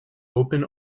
open